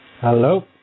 Hello